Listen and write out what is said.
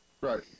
right